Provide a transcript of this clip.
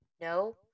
No